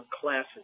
classes